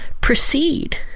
proceed